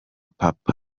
papa